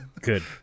Good